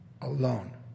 Alone